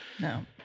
No